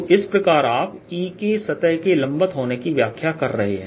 तो इस प्रकार आप E के सतह के लंबवत होने की व्याख्या कर रहे हैं